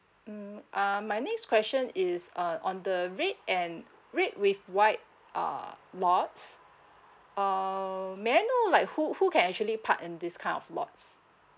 hmm um my next question is uh on the red and red with white uh lots um may I know like who who can actually park in this kind of lots